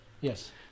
Yes